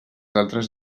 altres